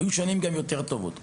היו גם שנים טובות יותר,